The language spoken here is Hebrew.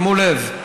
שימו לב,